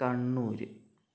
Kannur